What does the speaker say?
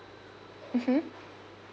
mmhmm